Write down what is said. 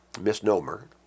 misnomer